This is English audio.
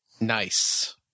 Nice